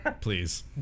please